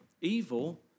Evil